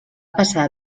passar